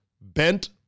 bent